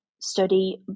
study